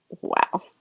Wow